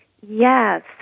Yes